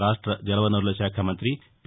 రాష్ట్ష జలవనరుల శాఖామంతి పి